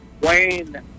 Wayne